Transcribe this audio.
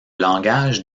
langage